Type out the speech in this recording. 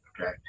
okay